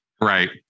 Right